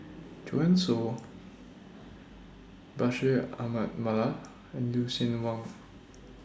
Joanne Soo Bashir Ahmad Mallal and Lucien Wang